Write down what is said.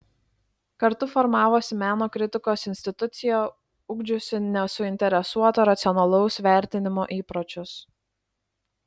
kartu formavosi meno kritikos institucija ugdžiusi nesuinteresuoto racionalaus vertinimo įpročius